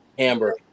Amber